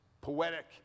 poetic